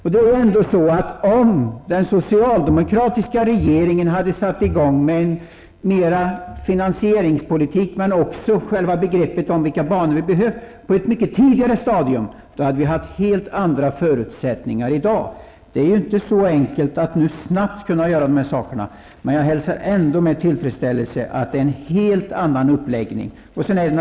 Om den socialdemokratiska regeringen på ett mycket tidigare stadium hade satt i gång med en finansieringspolitik men också med att utröna vilka banor vi behövde, hade vi i dag haft helt andra förutsättningar. Det är ju inte så enkelt att nu snabbt göra de här sakerna. Men jag hälsar ändå med tillfredsställelse att Georg Andersson nu har en helt annan uppläggning av sina inlägg.